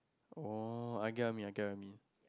oh I get what you mean I get what you mean